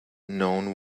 known